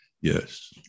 Yes